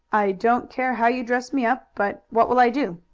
i don't care how you dress me up, but what will i do?